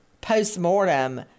post-mortem